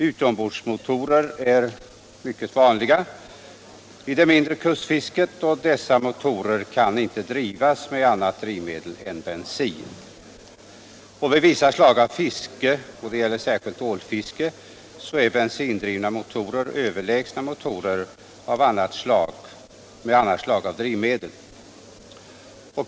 Utombordsmotorer är mycket vanliga i det mindre kustfisket, och dessa motorer kan inte drivas med något annat än bensin. Vid vissa slag av fiske, och det gäller särskilt ålfiske, är bensindrivna motorer överlägsna motorer med annat slag av drivmedel.